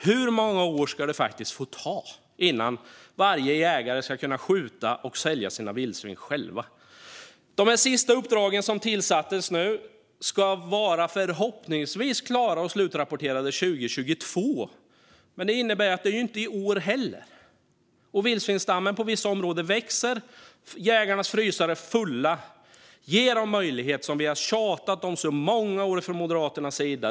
Hur många år ska det få ta innan varje jägare ska kunna skjuta och sälja sina vildsvin själv? De senaste uppdrag som givits ska förhoppningsvis vara klara och slutrapporterade 2022. Det innebär att det inte blir i år heller. Vildsvinsstammen växer i vissa områden. Jägarnas frysar är fulla. Ge dem möjlighet, som vi har tjatat om i så många år från Moderaternas sida.